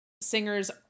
singers